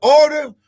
order